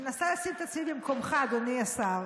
אני מנסה לשים את עצמי במקומך, אדוני השר,